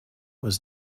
was